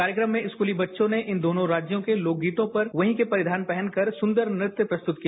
कार्यक्रम में स्कूली बच्चों ने इन दोनों राष्यों के लोकगीतों पर वहीं के परिषान पहनकर सुन्दर नृत्य प्रस्तुत किया